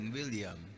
William